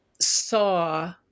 saw